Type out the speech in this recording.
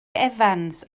evans